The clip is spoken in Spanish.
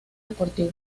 deportiva